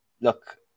look